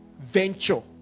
venture